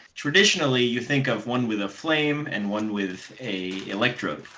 traditionally you think of one with a flame and one with a electrode.